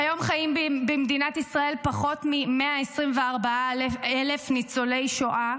כיום חיים במדינת ישראל פחות מ-124,000 ניצולי שואה,